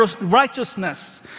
righteousness